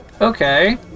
Okay